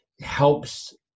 helps